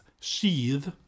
sheath